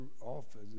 office